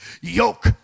yoke